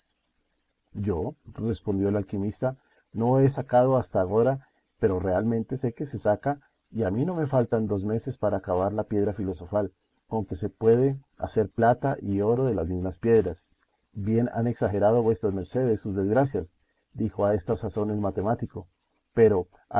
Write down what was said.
yo respondió el alquimista no la he sacado hasta agora pero realmente sé que se saca y a mí no me faltan dos meses para acabar la piedra filosofal con que se puede hacer plata y oro de las mismas piedras bien han exagerado vuesas mercedes sus desgracias dijo a esta sazón el matemático pero